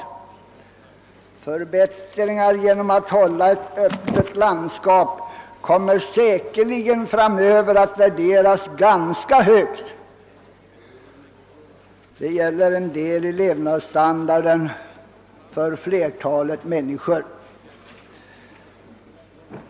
Den förbättring som åstadkommes genom att man håller landskapet öppet kommer säkerligen framöver att värderas ganska högt. Det gäller här en del av levnadsstandarden för flertalet människor.